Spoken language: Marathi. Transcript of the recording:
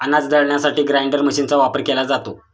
अनाज दळण्यासाठी ग्राइंडर मशीनचा वापर केला जातो